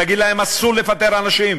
תגיד להם: אסור לפטר אנשים.